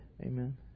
Amen